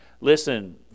Listen